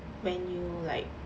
when you like